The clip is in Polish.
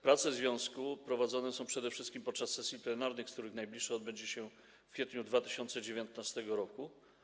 Prace związku prowadzone są przede wszystkim podczas sesji plenarnych, z których najbliższa odbędzie się w kwietniu 2019 r.